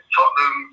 Tottenham